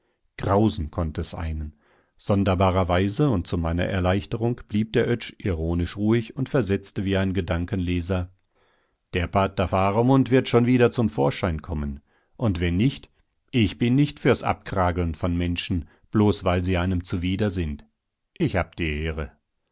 grausen konnte es einen sonderbarerweise und zu meiner erleichterung blieb der oetsch ironisch ruhig und versetzte wie ein gedankenleser der pater faramund wird schon wieder zum vorschein kommen und wenn nicht ich bin nicht fürs abkrageln von menschen bloß weil sie einem zuwider sind ich hab die ehre